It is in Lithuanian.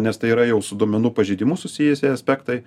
nes tai yra jau su duomenų pažeidimu susijusi aspektai